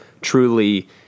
truly